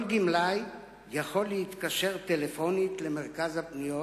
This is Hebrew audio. כל גמלאי יכול להתקשר בטלפון למרכז הפניות,